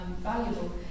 valuable